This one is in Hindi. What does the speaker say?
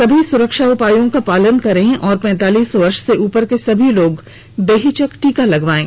सभी सुरक्षा उपायों का पालन करें और पैंतालीस वर्ष से उपर के सभी लोग बेहिचक टीका लगवायें